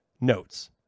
notes